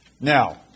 Now